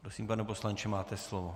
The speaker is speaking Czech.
Prosím, pane poslanče, máte slovo.